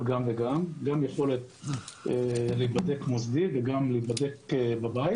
גם את היכולת להיבדק מוסדית וגם להיבדק בבית.